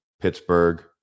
Pittsburgh